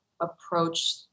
approach